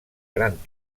gran